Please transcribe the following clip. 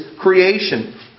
creation